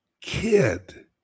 kid